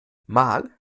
mal